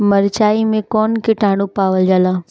मारचाई मे कौन किटानु पावल जाला?